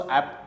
app